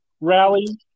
rally